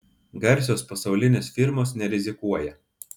garsios pasaulinės firmos nerizikuoja